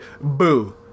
boo